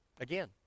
Again